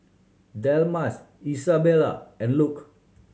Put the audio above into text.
Delmas Isabella and Luke